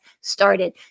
started